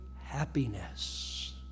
happiness